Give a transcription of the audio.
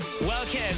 Welcome